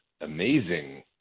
amazing